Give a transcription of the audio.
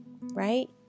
right